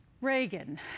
reagan